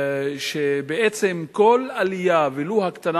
שבעצם כל עלייה, ולו הקטנה